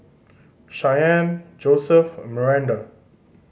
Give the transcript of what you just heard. Shianne Joseph and Maranda